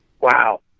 Wow